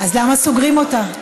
אז למה סוגרים אותה?